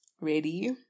ready